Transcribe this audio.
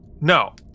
No